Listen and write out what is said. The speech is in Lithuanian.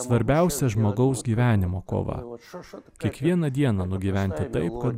svarbiausia žmogaus gyvenimo kova kiekvieną dieną nugyventi taip kad